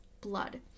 blood